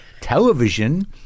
television